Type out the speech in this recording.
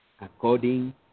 according